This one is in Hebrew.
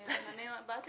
אני מאגף